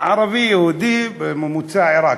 ערבי-יהודי ממוצא עיראקי,